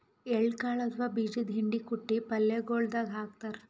ಎಳ್ಳ ಕಾಳ್ ಅಥವಾ ಬೀಜದ್ದು ಹಿಂಡಿ ಕುಟ್ಟಿ ಪಲ್ಯಗೊಳ್ ದಾಗ್ ಹಾಕ್ತಾರ್